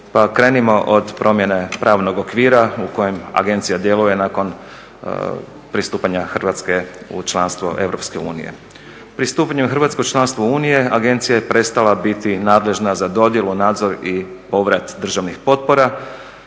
Pa krenimo od promjene pravnog okvira u kojem agencija djeluje nakon pristupanja Hrvatska u članstvo EU. Pristupanje Hrvatske u članstvo Unije agencija je prestala biti nadležna za dodjelu, nadzor i povrat državnih potpora.